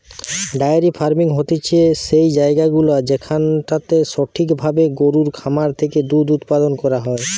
diary farming হতিছে সেই জায়গাগুলা যেখানটাতে সঠিক ভাবে গরুর খামার থেকে দুধ উপাদান করা হয়